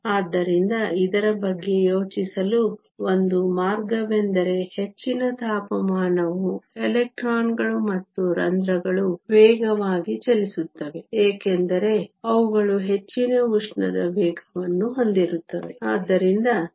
ಆದ್ದರಿಂದ ಇದರ ಬಗ್ಗೆ ಯೋಚಿಸಲು ಒಂದು ಮಾರ್ಗವೆಂದರೆ ಹೆಚ್ಚಿನ ತಾಪಮಾನವು ಎಲೆಕ್ಟ್ರಾನ್ ಗಳು ಮತ್ತು ರಂಧ್ರಗಳು ವೇಗವಾಗಿ ಚಲಿಸುತ್ತವೆ ಏಕೆಂದರೆ ಅವುಗಳು ಹೆಚ್ಚಿನ ಉಷ್ಣದ ವೇಗವನ್ನು ಹೊಂದಿರುತ್ತವೆ